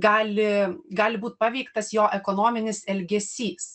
gali gali būt paveiktas jo ekonominis elgesys